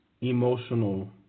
emotional